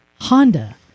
Honda